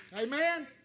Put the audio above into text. Amen